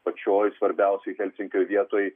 pačioj svarbiausioj helsinkio vietoj